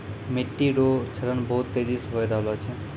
मिट्टी रो क्षरण बहुत तेजी से होय रहलो छै